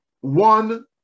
one